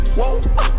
whoa